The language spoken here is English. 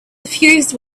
suffused